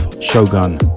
Shogun